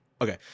okay